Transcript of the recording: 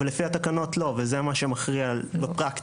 אבל לפי התקנות לא וזה מה שמכריע בפרקטיקה.